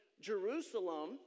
Jerusalem